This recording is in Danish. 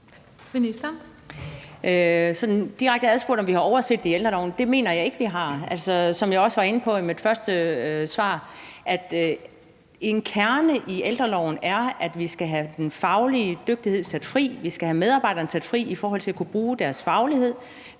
Direkte adspurgt, om vi har overset det i ældreloven, vil jeg sige, at det mener jeg ikke vi har. Som jeg også var inde på i mit første svar, er en kerne i ældreloven, at vi skal have den faglige dygtighed sat fri; vi skal have medarbejderne sat fri i forhold til at kunne bruge deres faglighed;